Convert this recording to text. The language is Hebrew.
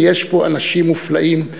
ויש פה אנשים מופלאים.